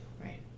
Right